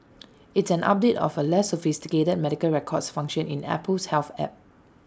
it's an update of A less sophisticated medical records function in Apple's health app